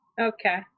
Okay